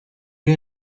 you